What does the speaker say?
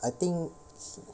I think